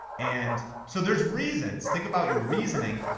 and so there's reasons, think about your reasoning.